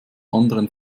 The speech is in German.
anderen